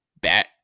bat